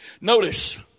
Notice